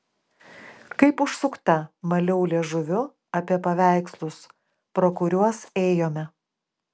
kaip užsukta maliau liežuviu apie paveikslus pro kuriuos ėjome